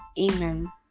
Amen